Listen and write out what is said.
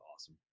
awesome